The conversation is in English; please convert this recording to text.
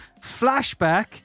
Flashback